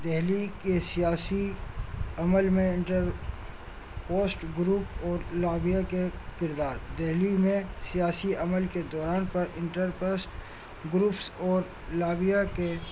دلی کے سیاسی عمل میں انٹر پوسٹ گروپ اور لابیہ کے کردار دلی میں سیاسی عمل کے دوران پر انٹر پسٹ گروپس اور لابیہ کے